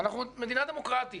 מדינה דמוקרטית,